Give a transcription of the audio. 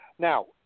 Now